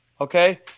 Okay